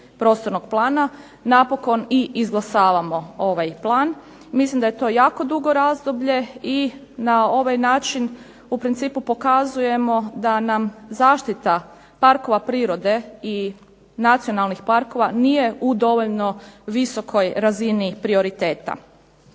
prostornog plana napokon i izglasavamo ovaj plan. Mislim da je to jako dugo razdoblje i na ovaj način u principu pokazujemo da nam zaštita parkova prirode i nacionalnih parkova nije u dovoljno visokoj razini prioriteta.